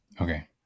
Okay